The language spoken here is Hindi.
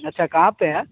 अच्छा कहाँ पर है